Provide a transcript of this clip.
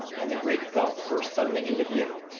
and the great gulf burst suddenly into view.